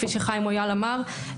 כפי שחיים מויאל אמר,